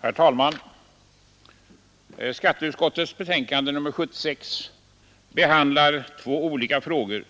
Herr talman! Skatteutskottets betänkande nr 76 behandlar två olika frågor,